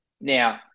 now